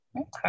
Okay